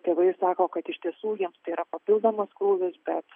tėvai sako kad iš tiesų jiems tai yra papildomas krūvis bet